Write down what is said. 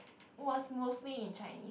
was mostly in Chinese